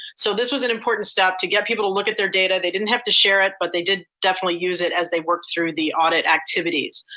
so this was an important step to get people to look at their data. they didn't have to share it, but they did definitely use it as they worked through the audit activities.